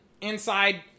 Inside